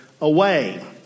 away